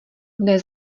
dne